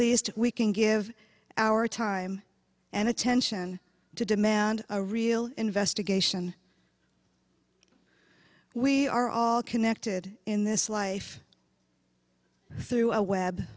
least we can give our time and attention to demand a real investigation we are all connected in this life through a web